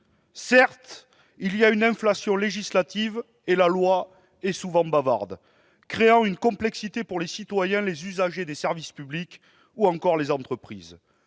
Certes, il y a une inflation législative et la loi est souvent bavarde, créant une complexité pour les citoyens, les usagers des services publics ou encore les entreprises.